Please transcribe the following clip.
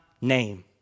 Name